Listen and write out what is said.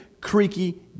creaky